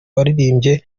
waririmbye